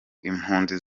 impunzi